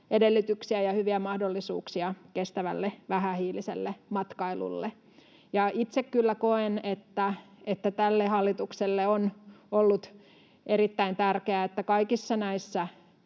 edellytyksiä ja hyviä mahdollisuuksia kestävälle, vähähiiliselle matkailulle. Itse kyllä koen, että tälle hallitukselle on ollut erittäin tärkeää, että kaikissa näissä